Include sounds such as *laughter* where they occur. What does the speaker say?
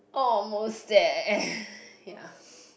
almost there *breath* ya *breath*